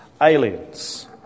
aliens